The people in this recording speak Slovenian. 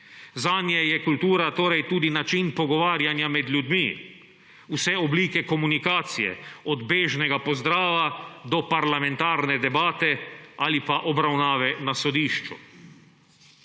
Zanje je kultura tudi način pogovarjanja med ljudmi, vse oblike komunikacije, od bežnega pozdrava, do parlamentarne debate ali pa obravnave na sodišču.